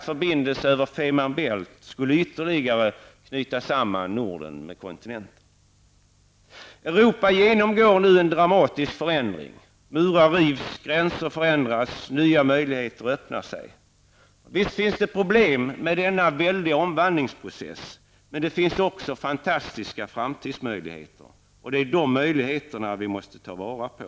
Femer Bält skulle ytterligare knyta samman Europa genomgår nu en dramatisk förändring. Murar rivs, gränser förändras, nya möjligheter öppnar sig. Visst finns det problem med denna väldiga omvandlingsprocess. Men det finns också fantastiska framtidsmöjligheter, och det är de möjligheterna vi måste ta vara på.